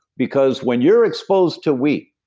because when you're exposed to wheat,